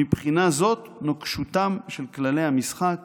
מבחינה זאת נוקשותם של כללי המשחק